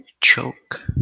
choke